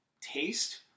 taste